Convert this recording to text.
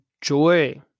joy